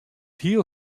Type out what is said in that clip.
hiel